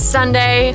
Sunday